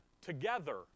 Together